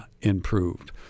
improved